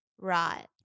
Right